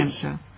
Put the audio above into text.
cancer